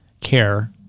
care